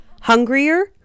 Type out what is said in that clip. hungrier